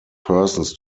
persons